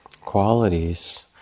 qualities